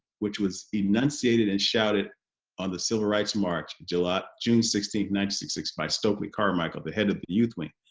which was enunciated and shouted on the civil rights march july june sixteen ninety six six by stokely carmichael, the head of the youth wing,